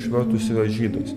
išvertus yra žydais